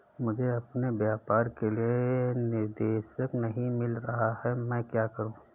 मुझे अपने व्यापार के लिए निदेशक नहीं मिल रहा है मैं क्या करूं?